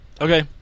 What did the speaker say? Okay